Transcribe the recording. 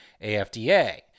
AFDA